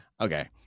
Okay